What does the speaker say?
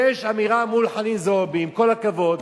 יש אמירה מול חנין זועבי, עם כל הכבוד,